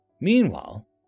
Meanwhile